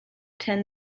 ten